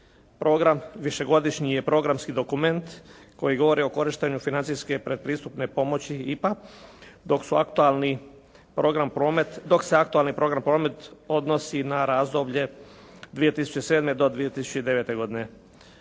program višegodišnji je programski dokument koji govori o korištenju financijske predpristupne pomoći IPA dok se aktualni program promet odnosi na razdoblje 2007. do 2009. godine.